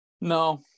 No